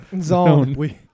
zone